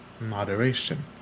moderation